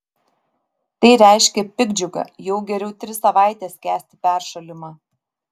tai reiškia piktdžiugą jau geriau tris savaites kęsti peršalimą